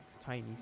tiny